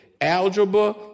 algebra